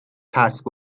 کسب